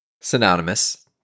Synonymous